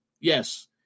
Yes